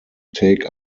take